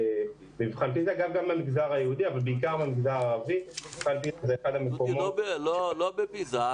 גם במגזר היהודי אבל בעיקר במגזר הערבי --- לא במבחן פיזה.